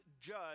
judge